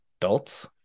adults